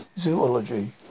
Zoology